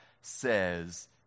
says